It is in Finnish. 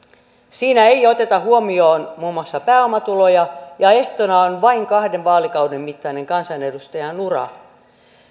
siinä ei oteta huomioon muun muassa pääomatuloja ja ehtona on vain kahden vaalikauden mittainen kansanedustajan ura